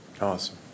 Awesome